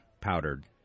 powdered